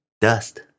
Dust